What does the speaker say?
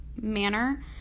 manner